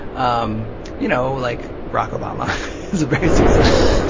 um you know, like barak obama is a very successful